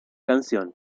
canción